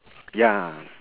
ya